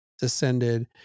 descended